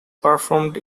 performed